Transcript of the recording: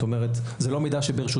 זאת אומרת, זה לא מידע שברשותנו.